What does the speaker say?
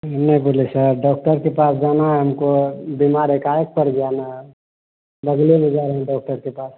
नै भूले sir doctor के पास जाना हमको बीमार एकाएक पड़ गया न बगले में जा रहे हैं डाक्टर के पास